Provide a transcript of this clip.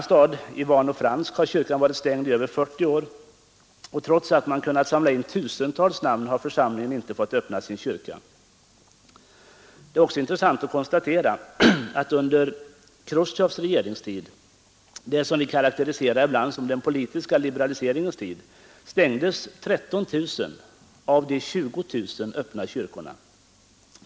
I staden Ivano-Fransk har kyrkan varit stängd i över 40 år, och trots att man kunnat samla in tusentals namn har församlingen inte fått öppna sin kyrka. Under Chrustjovs regeringstid, som vi ibland karakteriserar som den politiska liberaliseringens tid, stängdes 13 000 av de 20 000 öppna kyrkorna.